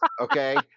Okay